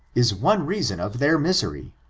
is one reason of their misery,